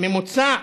ממוצע